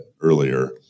earlier